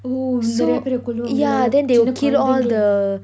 oh நெறய பெற கொல்லுவாங்களா சின்ன கோழைந்தைங்கள:neraya pera kolluvangala chinna kolainthaingala